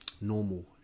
normal